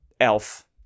Elf